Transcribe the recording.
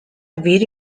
hervir